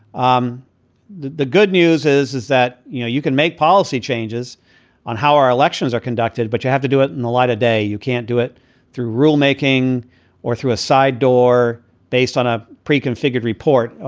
um the the good news is, is that, you know, you can make policy changes on how our elections are conducted, but you have to do it in the light of day. you can't do it through rulemaking or through a side door based on a pre configured report.